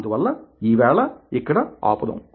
అందువల్ల ఈ వేళ ఇక్కడ ఆపుదాం